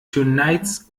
tonight’s